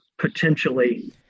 potentially